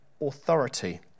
authority